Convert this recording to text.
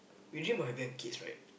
we dream about having kids right